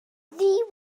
ddi